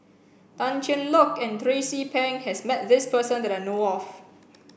Tan Cheng Lock and Tracie Pang has met this person that I know of